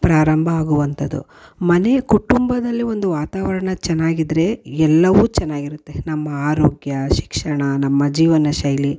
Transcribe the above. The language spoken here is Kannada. ಪ್ರಾರಂಭ ಆಗುವಂಥದ್ದು ಮನೆ ಕುಟುಂಬದಲ್ಲಿ ಒಂದು ವಾತಾವರಣ ಚೆನ್ನಾಗಿದ್ದರೆ ಎಲ್ಲವೂ ಚೆನ್ನಾಗಿರುತ್ತೆ ನಮ್ಮ ಆರೋಗ್ಯ ಶಿಕ್ಷಣ ನಮ್ಮ ಜೀವನ ಶೈಲಿ